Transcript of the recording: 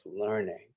learning